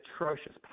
atrocious